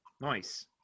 Nice